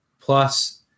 plus